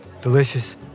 delicious